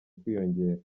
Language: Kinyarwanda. kwiyongera